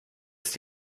ist